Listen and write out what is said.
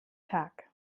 tag